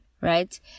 right